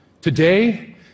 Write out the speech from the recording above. Today